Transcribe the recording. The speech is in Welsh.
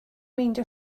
meindio